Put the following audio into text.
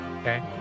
Okay